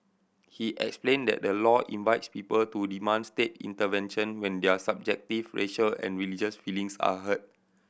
he explained that the law invites people to demand state intervention when their subjective racial and religious feelings are hurt